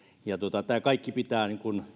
ja tämä kaikki pitää